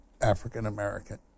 African-American